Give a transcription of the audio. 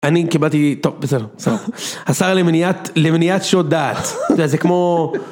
אני קיבלתי, טוב בסדר, בסדר, השר למניעת, למניעת שוד דעת, אתה יודע זה כמו...